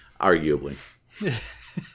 Arguably